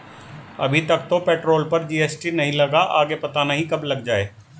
अभी तक तो पेट्रोल पर जी.एस.टी नहीं लगा, आगे पता नहीं कब लग जाएं